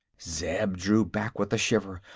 zeb drew back with a shiver.